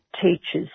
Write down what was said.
teachers